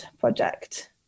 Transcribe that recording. project